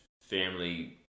family